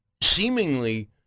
seemingly